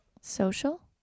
Social